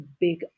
big